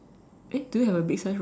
eh do you have a big sized rock